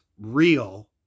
real